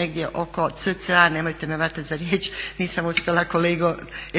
negdje oko cca nemojte me hvatat za riječ nisam uspjela kolegu